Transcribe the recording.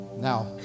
Now